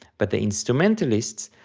but the instrumentalists,